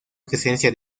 presencia